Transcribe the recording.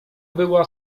była